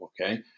okay